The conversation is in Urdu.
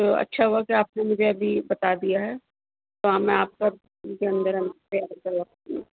تو اچھا ہو کہ آپ نے مجھے ابھی بتا دیا ہے تو میں آپ کا کے اندر تیاری کرتی ہوں